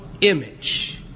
image